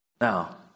Now